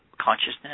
consciousness